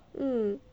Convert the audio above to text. mm